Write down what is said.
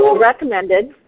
recommended